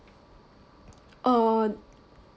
uh